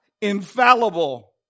infallible